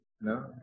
no